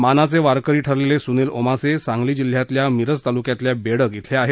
मानाचे वारकरी ठरलेले सुनील ओमासे सांगली जिल्ह्यातल्या मिरज तालुक्यातल्या बेडग येथील आहेत